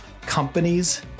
companies